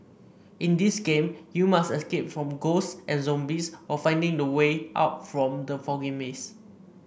in this game you must escape from ghosts and zombies while finding the way out from the foggy maze